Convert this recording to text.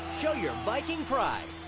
show your viking pride.